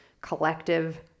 collective